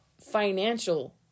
financial